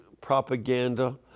propaganda